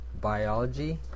biology